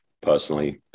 personally